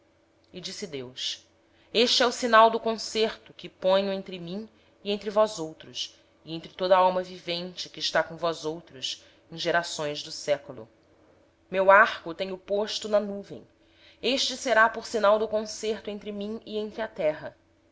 e disse deus este é o sinal do pacto que firmo entre mim e vós e todo ser vivente que está convosco por gerações perpétuas o meu arco tenho posto nas nuvens e ele será por sinal de haver um pacto entre mim e a terra